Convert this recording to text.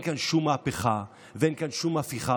אין כאן שום מהפכה ואין כאן שום הפיכה,